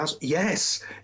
Yes